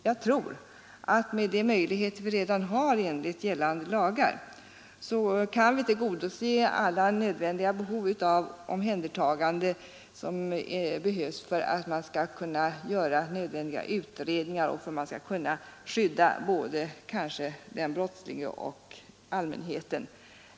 Jag tror att med de möjligheter vi redan har enligt gällande lagar kan vi tillgodose alla nödvändiga behov av omhändertagande som föreligger, för att man skall kunna göra nödvändiga utredningar och för att man skall kunna skydda både den brottslige och allmänheten.